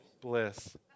Bliss